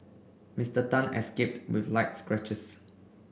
Mister Tan escaped with light scratches